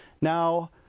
now